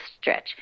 stretch